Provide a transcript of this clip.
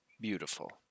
beautiful